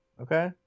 Okay